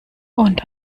und